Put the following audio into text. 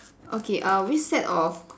okay uh which set of